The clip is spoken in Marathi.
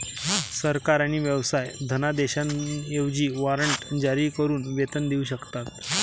सरकार आणि व्यवसाय धनादेशांऐवजी वॉरंट जारी करून वेतन देऊ शकतात